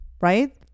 right